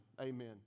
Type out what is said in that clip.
Amen